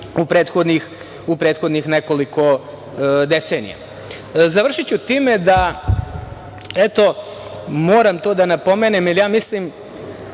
u prethodnih nekoliko decenija. Završiću time i moram to da napomenem, jer ja mislim,